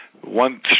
One